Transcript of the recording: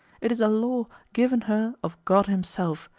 it is a law given her of god himself,